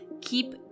keep